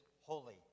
holy